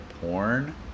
porn